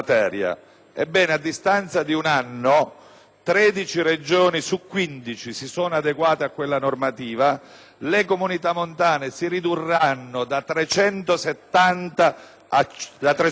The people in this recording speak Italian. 13 Regioni su 15 si sono adeguate a quella normativa. Le comunità montane si ridurranno da 330 a 170;